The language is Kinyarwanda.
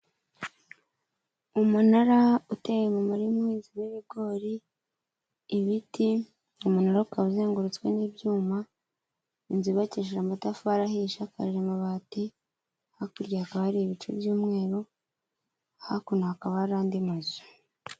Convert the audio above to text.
Umunara uteye mu murima uhinzemo ibigori, ibiti, umunara ukaba uzengurutswe n'ibyuma, inzu yubakijije amatafari ahiye, isakaje amabati, hakurya hakaba hari ibice by'umweru, hakuno hakaba hari andi mazu.